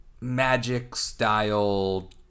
magic-style